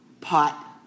pot